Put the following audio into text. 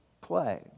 play